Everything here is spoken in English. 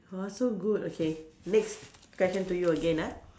!wah! so good okay next question to you again ah